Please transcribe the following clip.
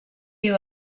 you